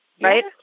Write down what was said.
Right